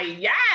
yes